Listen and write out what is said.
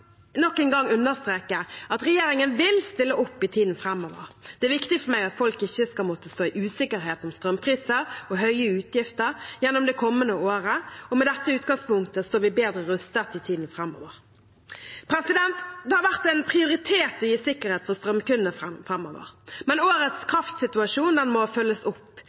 en gang understreke at regjeringen vil stille opp i tiden framover. Det er viktig for meg at folk ikke skal måtte stå i usikkerhet om strømpriser og høye utgifter gjennom det kommende året. Med dette utgangspunktet står vi bedre rustet i tiden framover. Det har vært en prioritet å gi sikkerhet for strømkundene framover, men årets kraftsituasjon må følges opp.